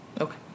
Okay